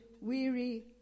weary